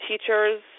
teachers